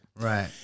Right